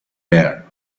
there